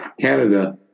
Canada